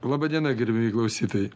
laba diena gerbiamieji klausytojai